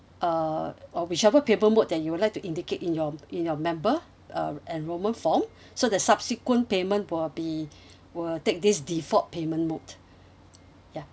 uh or whichever payment mode that you would like to indicate in your in your member uh enrolment form so that subsequent payment will be will take this default payment mode ya